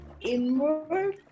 inward